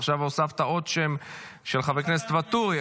עכשיו הוספת עוד שם, של חבר הכנסת ואטורי.